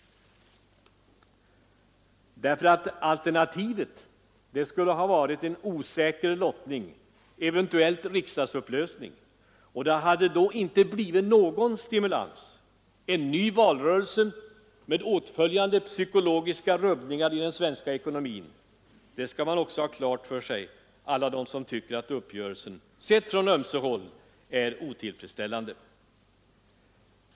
Alternativet skulle ha varit en osäker lottning, eventuellt riksdagsupplösning. Det hade då inte blivit någon stimulans utan en ny valrörelse med åtföljande psykologiska ryckningar i den svenska ekonomin. Det skall också alla de ha klart för sig som tycker att uppgörelsen är otillfredsställande.